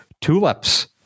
Tulips